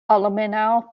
almenaŭ